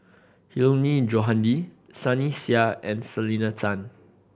Hilmi Johandi Sunny Sia and Selena Tan